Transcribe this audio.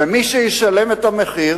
ומי שישלם את המחיר